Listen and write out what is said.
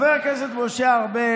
דבר על הבבא סאלי.